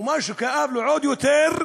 ומה שכאב לו עוד יותר,